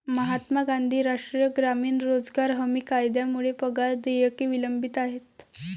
महात्मा गांधी राष्ट्रीय ग्रामीण रोजगार हमी कायद्यामुळे पगार देयके विलंबित आहेत